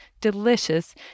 Delicious